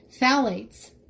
Phthalates